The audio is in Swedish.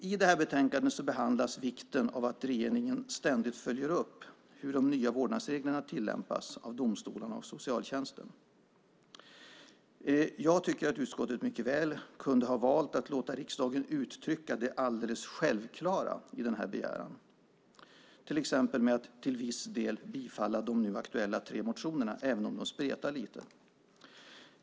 I betänkandet behandlas vikten av att regeringen ständigt följer upp hur de nya vårdnadsreglerna tillämpas av domstolarna och socialtjänsten. Jag tycker att utskottet mycket kunde ha valt att låta riksdagen uttrycka det alldeles självklara i den begäran, till exempel genom att till viss del bifalla de nu aktuella tre motionerna även om de spretar lite.